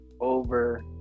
over